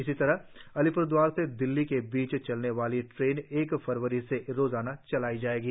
इसी तरह आलीप्रद्वार से दिल्ली के बीच चलने वाली ट्रेन एक फरव ई रोजाना चलाई जायेगी